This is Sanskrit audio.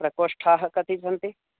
प्रकोष्ठाः कति सन्ति